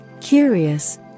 curious